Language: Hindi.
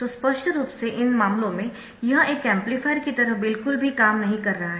तो स्पष्ट रूप से इन मामलों में यह एक एम्पलीफायर की तरह बिल्कुल भी काम नहीं कर रहा है